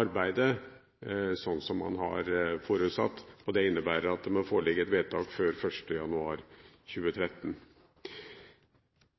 arbeidet som man har forutsatt. Det innebærer at det må foreligge et vedtak før 1. januar 2012.